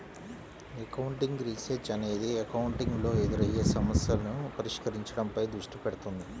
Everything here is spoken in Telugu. అకౌంటింగ్ రీసెర్చ్ అనేది అకౌంటింగ్ లో ఎదురయ్యే సమస్యలను పరిష్కరించడంపై దృష్టి పెడుతుంది